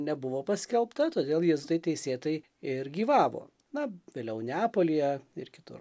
nebuvo paskelbta todėl jėzuitai teisėtai ir gyvavo na vėliau neapolyje ir kitur